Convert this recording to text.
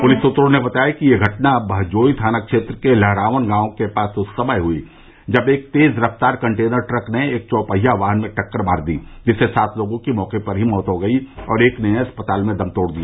police सूत्रों ने बताया कि यह घटना बहजोई थाना क्षेत्र के लहरावन गांव के पास उस समय हुई जब एक तेज रफ्तार कन्टेनर ट्रक ने एक चौपहिया वाहन में टक्कर मार दी जिससे सात लोगों की मौके पर ही मौत हो गयी और एक ने अस्पताल में दम तोड़ दिया